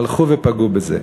הלכו ופגעו בזה.